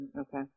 okay